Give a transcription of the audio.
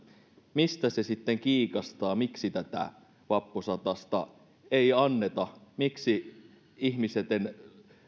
mistä se sitten kiikastaa miksi tätä vappusatasta ei anneta miksi ihmisten